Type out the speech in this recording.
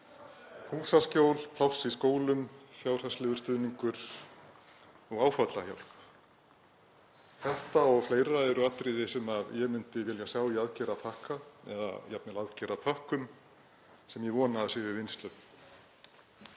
Húsaskjól, pláss í skólum, fjárhagslegur stuðningur og áfallahjálp, þetta og fleira eru atriði sem ég myndi vilja sjá í aðgerðapakka, eða jafnvel aðgerðapökkum sem ég vona að séu í vinnslu.